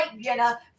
jenna